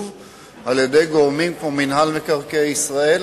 על-ידי גורמים כמו מינהל מקרקעי ישראל,